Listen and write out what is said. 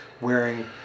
wearing